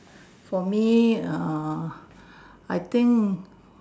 for me err I think